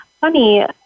funny